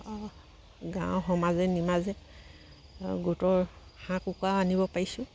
গাঁৱৰ সমাজে নিমাজে গোটৰ হাঁহ কুকুৰাও আনিব পাৰিছোঁ